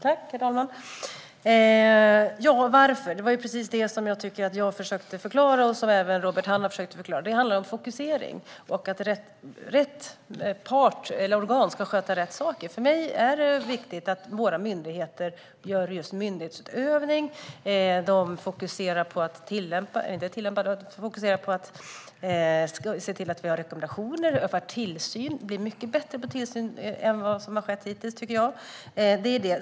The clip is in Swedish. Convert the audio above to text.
Herr talman! Varför? Det var precis det som jag tyckte att jag försökte förklara och som även Robert Hannah försökte förklara. Det handlar om fokusering och att rätt organ ska sköta rätt saker. För mig är det viktigt att våra myndigheter bedriver myndighetsutövning. De ska fokusera på att se till att vi har rekommendationer och tillsyn. De ska bli mycket bättre på tillsyn än vad som har skett hittills. Det är det.